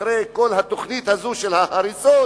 אחרי כל התוכנית הזאת של ההריסות,